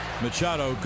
Machado